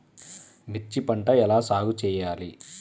మిర్చి పంట ఎలా సాగు చేయాలి?